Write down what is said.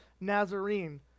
Nazarene